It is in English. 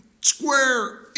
square